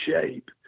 shape